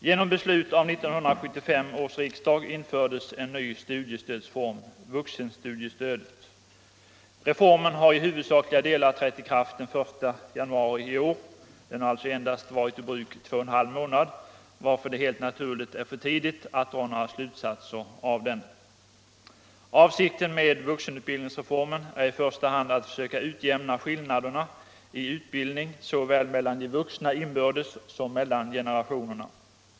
Genom beslut av 1975 års riksdag infördes en ny studiestödsform, vuxenstudiestödet. Reformen har i huvudsakliga delar trätt i kraft den 1 januari i år. Den har alltså endast varit i bruk två och en halv månader, varför det helt naturligt är för tidigt att dra några slutsatser av den. Avsikten med vuxenutbildningsreformen är i första hand att försöka utjämna skillnaderna i utbildning såväl mellan de vuxna inbördes som mellan generationerna.